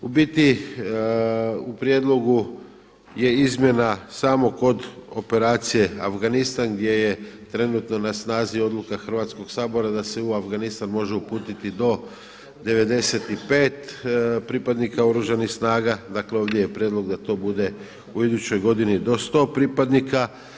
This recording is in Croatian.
U biti u prijedlogu je izmjena samo kod operacije Afganistan gdje je trenutno na snazi odluka Hrvatskog sabora da se u Afganistan može uputiti do 95 pripadnika Oružanih snaga, dakle ovdje je to prijedlog da to bude u idućoj godini do 100 pripadnika.